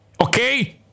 Okay